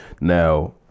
Now